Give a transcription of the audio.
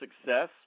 success